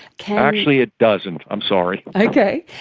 can? actually it doesn't, i'm sorry. okay.